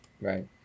Right